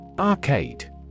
Arcade